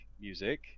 music